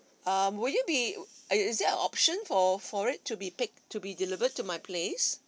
um will you be uh is there a option for for it to be picked to be delivered to my place